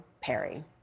Perry